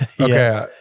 Okay